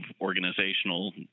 organizational